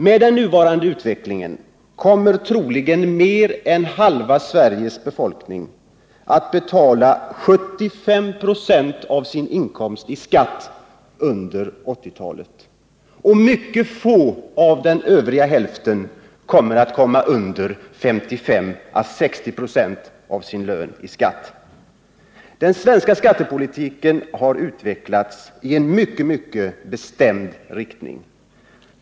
Med den nuvarande utvecklingen kommer troligen mer än halva befolkningen i Sverige att betala 75 96 av sin inkomst i skatt under 1980-talet, och mycket få i den övriga hälften kommer att betala mindre än 55 å 60 96 av sin lön i skatt. Den svenska skattepolitiken har utvecklats i en mycket bestämd riktning.